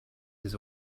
his